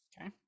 okay